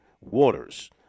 Waters